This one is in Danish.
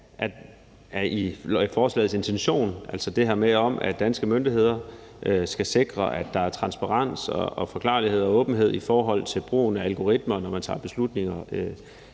i forslagets intention, altså det her om, at danske myndigheder skal sikre, at der er transparens, forklarlighed og åbenhed i forhold til brugen af algoritmer, når man tager beslutninger